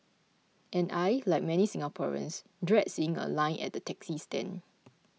and I like many Singaporeans dread seeing a line at the taxi stand